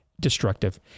Destructive